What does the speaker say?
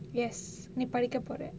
yes நீ படிக்க போர:nee padikka pora